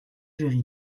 géry